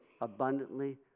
abundantly